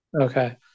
Okay